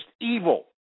evil